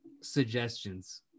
suggestions